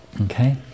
Okay